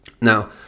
now